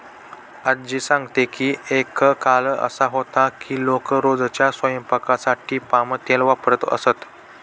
आज्जी सांगते की एक काळ असा होता की लोक रोजच्या स्वयंपाकासाठी पाम तेल वापरत असत